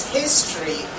history